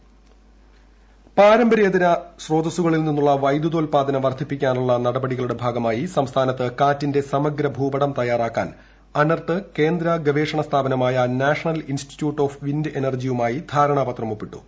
അനെർട്ട് ഇൻട്രൊ പാരമ്പര്യേതര സ്രോതസ്സുകളിൽ നിന്നുള്ള വൈദ്യുതോൽപ്പാദനം വർധിപ്പിക്കാനുള്ള നടപടികളുടെ ഭാഗമായി സംസ്ഥാനത്ത് കാറ്റിന്റെ സമഗ്രഭൂപടം തയ്യാറാക്കാനായി അനെർട്ട് കേന്ദ്ര ഗവേഷണ സ്ഥാപനമായ നാഷണൽ ഇൻസ്റ്റിറ്റ്യൂട്ട് ഓഫ് വിൻഡ് എനർജിയുമായി ധാരണപത്രം ഒപ്പിട്ടു